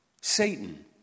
Satan